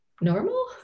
normal